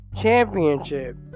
championship